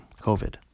covid